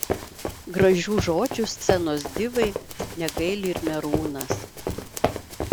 gražių žodžių scenos divai negaili ir merūnas